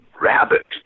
rabbit